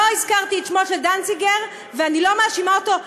אני לא האשמתי אותו.